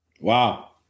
Wow